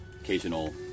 occasional